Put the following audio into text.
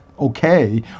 okay